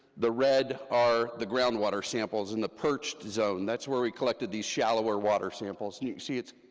the red are the groundwater samples in the perched zone, that's where we collected these shallower water samples, and you can see, it's,